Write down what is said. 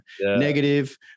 negative